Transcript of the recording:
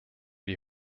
die